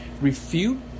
Refute